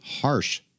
harsh